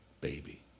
baby